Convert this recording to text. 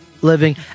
living